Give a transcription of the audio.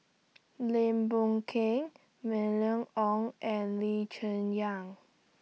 Lim Boon Keng Mylene Ong and Lee Cheng Yan